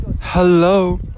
Hello